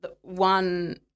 one